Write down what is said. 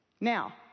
Now